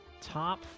Top